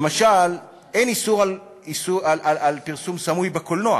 למשל, אין איסור על פרסום סמוי בקולנוע